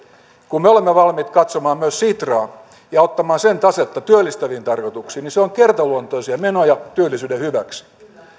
kun me olemme valmiit katsomaan myös sitraa ja ottamaan sen tasetta työllistäviin tarkoituksiin niin se on kertaluontoisia menoja työllisyyden hyväksi